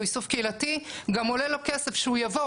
איסוף קהילתי גם עולה לו כסף שהוא יבוא,